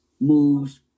moves